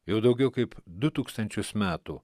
jau daugiau kaip du tūkstančius metų